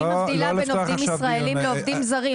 אני מבדילה בין עובדים ישראלים לעובדים זרים.